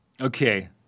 Okay